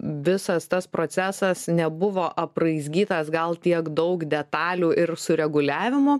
visas tas procesas nebuvo apraizgytas gal tiek daug detalių ir sureguliavimo